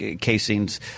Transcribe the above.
casings